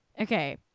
Okay